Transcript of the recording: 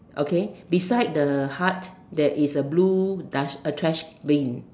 okay beside the hot there is a blue dust~ a trash Bin